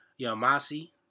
Yamasi